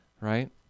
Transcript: right